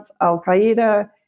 Al-Qaeda